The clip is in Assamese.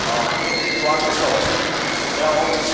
সেইখিনি কোৱাৰ পিছত তেওঁ